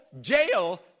jail